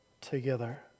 together